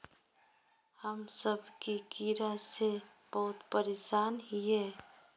हम सब की कीड़ा से बहुत परेशान हिये?